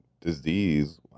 disease